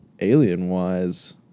Alien-wise